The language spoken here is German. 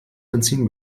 benzin